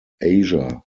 asia